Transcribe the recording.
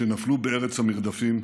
שנפלו בארץ המרדפים,